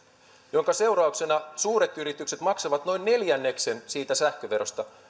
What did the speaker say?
minkä seurauksena suuret yritykset maksavat noin neljänneksen siitä sähköverosta